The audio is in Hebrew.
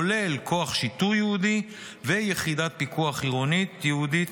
הכולל כוח שיטור ייעודי ויחידת פיקוח עירונית ייעודית,